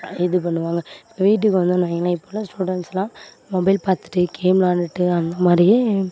இது பண்ணுவாங்க வீட்டுக்கு வந்தோனு வையுங்களேன் இப்போதுள்ள ஸ்டூடெண்ட்ஸெலாம் மொபைல் பார்த்துட்டு கேம் விளாண்டுகிட்டு அந்தமாதிரியே